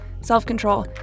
self-control